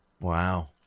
Wow